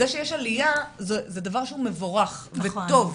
זה שיש עלייה זה דבר מבורך וטוב,